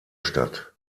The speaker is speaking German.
statt